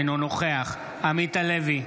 אינו נוכח עמית הלוי,